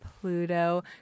Pluto